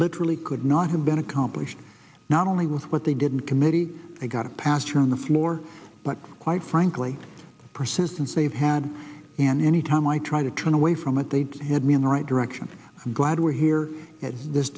literally could not have been accomplished not only with but they didn't committee they got a pass from the floor but quite frankly persistence they've had in any time i try to turn away from it they hit me in the right direction i'm glad we're here at this